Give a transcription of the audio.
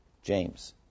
James